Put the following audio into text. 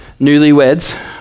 newlyweds